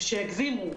שיגזימו,